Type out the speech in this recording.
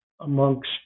amongst